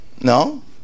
No